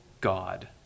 God